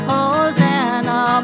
Hosanna